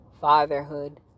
fatherhood